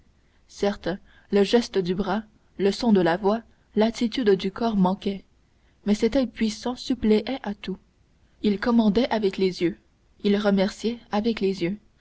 certes le geste du bras le son de la voix l'attitude du corps manquaient mais cet oeil puissant suppléait à tout il commandait avec les yeux il remerciait avec les yeux